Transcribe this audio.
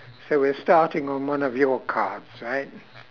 so we're starting on one of your cards right